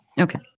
Okay